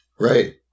Right